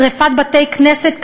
שרפת בתי-כנסת,